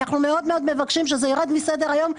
אנחנו מבקשים שזה ירד מסדר היום,